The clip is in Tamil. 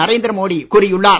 நரேந்திர மோடி கூறியுள்ளார்